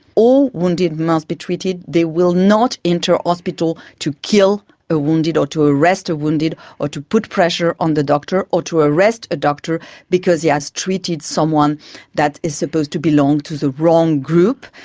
all wounded must be treated. they will not enter hospital to kill a wounded or to arrest a wounded or to put pressure on the doctor or to arrest a doctor because he has treated someone that is supposed to belong to the wrong group.